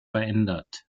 verändert